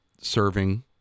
serving